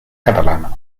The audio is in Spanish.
catalana